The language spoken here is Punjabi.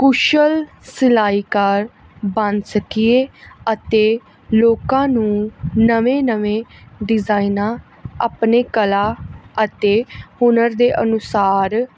ਕੁਸ਼ਲ ਸਿਲਾਈਕਾਰ ਬਣ ਸਕੀਏ ਅਤੇ ਲੋਕਾਂ ਨੂੰ ਨਵੇਂ ਨਵੇਂ ਡਿਜ਼ਾਇਨਾਂ ਆਪਣੇ ਕਲਾ ਅਤੇ ਹੁਨਰ ਦੇ ਅਨੁਸਾਰ